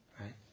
right